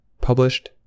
Published